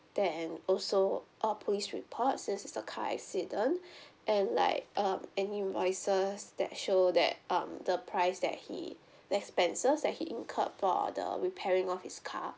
then also a police report since it's a car accident and like um any invoices that show that um the price that he the expenses that he incurred for the repairing of his car